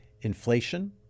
Inflation